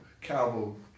Cowboy